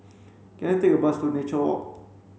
can I take a bus to Nature Walk